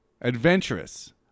Adventurous